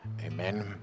Amen